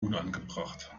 unangebracht